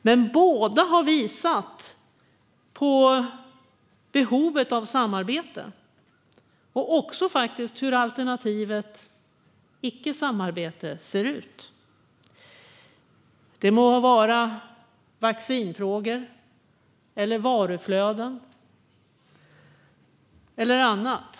Men båda har visat på behovet av samarbete och hur alternativet icke-samarbete ser ut. Det må vara vaccinfrågor, varuflöden eller annat.